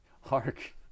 Hark